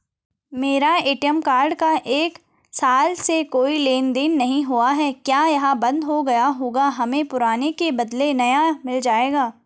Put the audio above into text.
मेरा ATM card का एक साल से कोई लेन देन नहीं हुआ है क्या यह बन्द हो गया होगा हमें पुराने के बदलें नया मिल जाएगा?